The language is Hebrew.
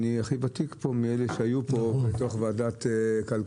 אני חושב שאני הכי ותיק מאלה שהיו פה מתוך ועדת כלכלה.